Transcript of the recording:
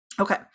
Okay